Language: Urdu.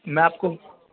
میں آپ کو